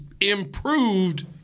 improved